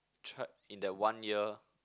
try in that one year